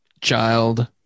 Child